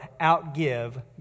outgive